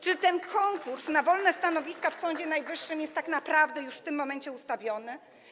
Czy ten konkurs na wolne stanowiska w Sądzie Najwyższym jest tak naprawdę już w tym momencie ustawiony?